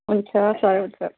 हुन्छ सर हुन्छ